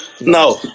No